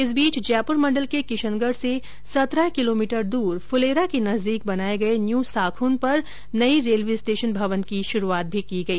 इस बीच जयपुर मंडल के किशनगढ़ से सत्रह किलोमीटर दूर फुलेरा के नजदीक बनाए गए न्यू साखुन पर नई रेलवे स्टेशन भवन की भी शुरूआत की गई